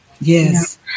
Yes